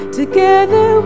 together